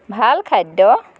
ভাল খাদ্য